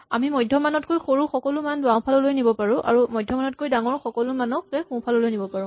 আমি মধ্যমানতকৈ সৰু সকলো মান বাওঁফাললৈ নিব পাৰো আৰু মধ্যমানতকৈ ডাঙৰ সকলো মানকে সোঁফাললৈ নিব পাৰো